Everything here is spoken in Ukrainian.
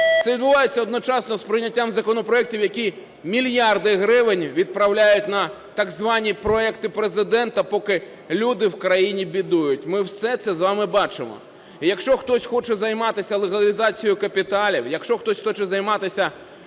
це відбувається одночасно з прийняттям законопроектів, які мільярди гривень відправляють на так звані проекти Президента, поки люди в країні бідують. Ми все це з вами бачимо. Якщо хтось хоче займатися легалізацією капіталів, якщо хтось хоча займатися